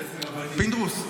פינדרוס,